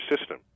system